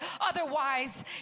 Otherwise